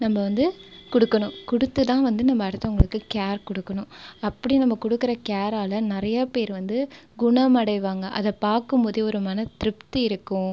நம்ம வந்து கொடுக்கணும் கொடுத்து தான் வந்து நம்ம அடுத்தவர்களுக்கு கேர் கொடுக்கணும் அப்படி நம்ம கொடுக்குற கேரால் நிறைய பேர் வந்து குணமடைவாங்க அதை பார்க்கும் போதே ஒரு மன திருப்தி இருக்கும்